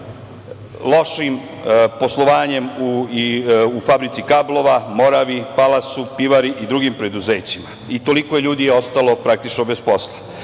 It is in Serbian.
lošim poslovanjem u Fabrici kablova, „Moravi“, „Palasu“, pivari i drugim preduzećima i toliko ljudi je ostalo praktično bez posla.